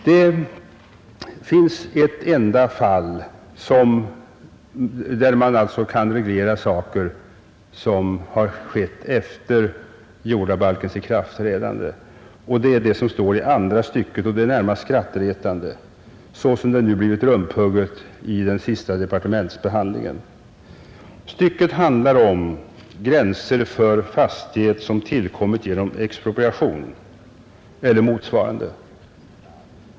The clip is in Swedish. Det finns ett enda fall där man kan reglera sådant som skett efter jordabalkens ikraftträdande. Det gäller det som står i andra stycket, och det är närmast skrattretande så som det nu har blivit rumphugget i den senaste departementsbehandlingen. Stycket handlar om gränser för fastighet som tillkommit genom expropriation eller motsvarande.